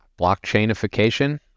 blockchainification